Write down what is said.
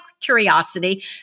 curiosity